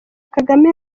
kagame